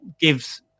gives